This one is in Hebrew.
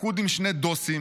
לכוד עם שני דוסים,